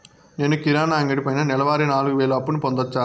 నేను కిరాణా అంగడి పైన నెలవారి నాలుగు వేలు అప్పును పొందొచ్చా?